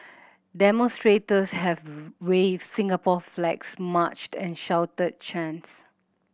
demonstrators have waved Singapore flags marched and shouted chants